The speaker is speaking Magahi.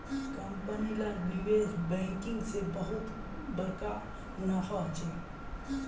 कंपनी लार निवेश बैंकिंग से बहुत बड़का मुनाफा होचे